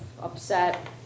upset